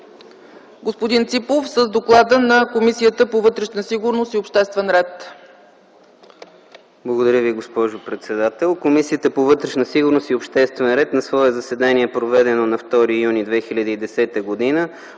запознае с доклада на Комисията по вътрешна сигурност и обществен ред.